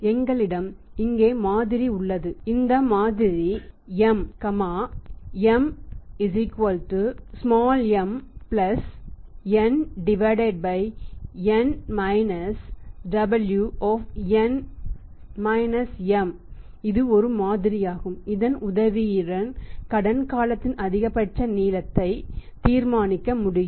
எங்களிடம் இங்கே மாதிரி உள்ளது இந்த மாதிரி M M m N N W தீர்மானிக்க முடியும்